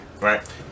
right